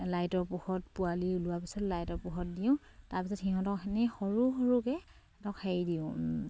লাইটৰ পোহৰত পোৱালি ওলোৱাৰ পিছত লাইটৰ পোহৰত দিওঁ তাৰপিছত সিহঁতক এনেই সৰু সৰুকে ধৰক হেৰি দিওঁ